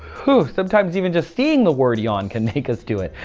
who sometimes even just seeing the word yeah on can make us do it.